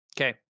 Okay